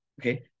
Okay